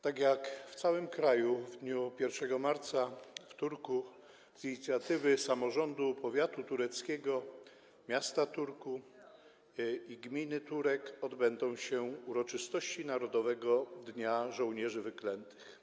Tak jak w całym kraju w dniu 1 marca w Turku z inicjatywy samorządu powiatu tureckiego, miasta Turku i gminy Turek odbędą się uroczystości Narodowego Dnia Pamięci Żołnierzy Wyklętych.